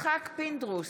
יצחק פינדרוס,